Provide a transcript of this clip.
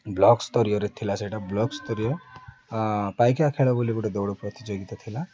block ସ୍ତରୀୟରେ ଥିଲା ସେଇଟା ବ୍ଲକ୍ ସ୍ତରୀୟ ପାଇକା ଖେଳ ବୋଲି ଗୋଟେ ଦୌଡ଼ ପ୍ରତିଯୋଗିତା ଥିଲା